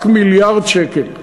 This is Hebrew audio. רק מיליארד שקל.